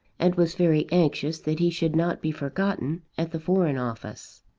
and was very anxious that he should not be forgotten at the foreign office.